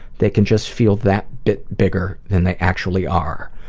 they can just feel that bit bigger than they actually are.